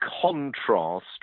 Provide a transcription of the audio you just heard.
contrast